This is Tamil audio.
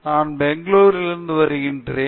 நான் பெங்களூரில் இருந்து வருகிறேன்